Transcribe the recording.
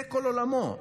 זה כל עולמו.